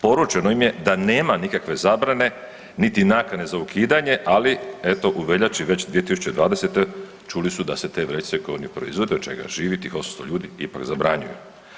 Poručeno im je da nema nikakve zabrane niti nakane za ukidanje, ali eto, u veljači već 2020. čuli su da se te vrećice koje oni proizvode, od čega živi tih 800 ljudi ipak zabranjuju.